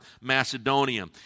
Macedonia